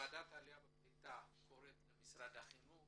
ועדת העלייה והקליטה קוראת למשרד החינוך